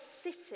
city